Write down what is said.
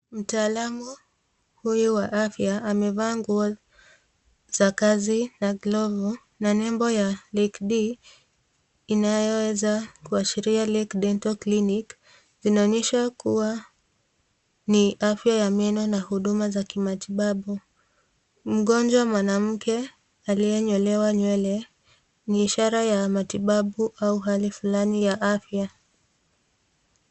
Mtaalamu huyu wa afya ameva nguo za kazi na glavu na lebo ya [Lake D] inayoweza kuhashiria [ Lake Dental] inaonyesha kuwa ni afya ya meno na huduma za kimatibabu. Mgonjwa mwanamke aliye nyolewa nywele ni ishara ya matibabu au hali fulani ya afya.